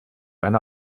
eine